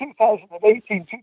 2018